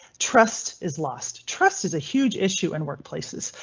trust is lost. trust is a huge issue and workplaces,